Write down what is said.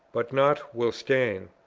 but not, will stain.